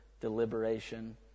deliberation